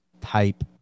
type